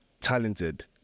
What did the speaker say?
talented